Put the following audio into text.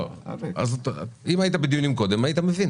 אם היית משתתף בדיונים הקודמים היית מבין.